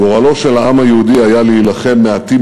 גורלו של העם היהודי היה להילחם מעטים